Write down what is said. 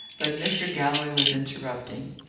but mr. galloway was interrupting.